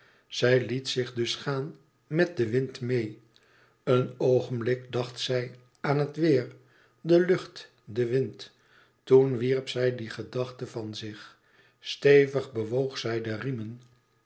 zij liet zich dus gaan met den wind meê een oogenblik dacht zij aan het weêr de lucht den wind toen wierp zij die gedachte van zich stevig bewoog zij de riemen